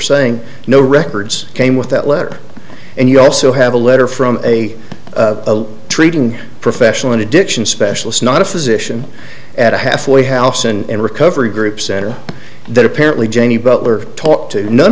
saying no records came with that letter and you also have a letter from a treating professional an addiction specialist not a physician at a halfway house and recovery group center that apparently jamie butler talked to none